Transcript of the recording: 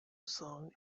sung